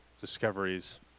discoveries